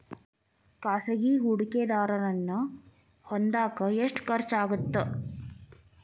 ಖಾಸಗಿ ಹೂಡಕೆದಾರನ್ನ ಹೊಂದಾಕ ಎಷ್ಟ ಖರ್ಚಾಗತ್ತ